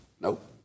Nope